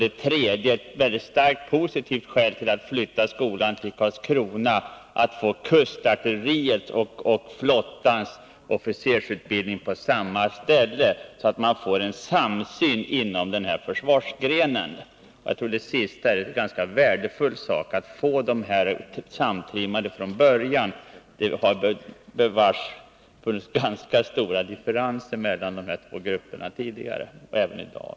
Ett tredje och ett väldigt starkt, positivt skäl för att flytta skolan till Karlskrona är att få kustartilleriets och flottans officersutbildning på samma ställe, så att man får en samsyn inom denna försvarsgren. Jag tror att detta är en ganska värdefull sak, att få dessa utbildningar samtrimmade från början. Det har bevars funnits ganska stora differenser mellan dessa två grupper tidigare, och det finns även i dag.